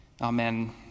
Amen